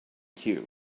cue